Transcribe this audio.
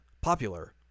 popular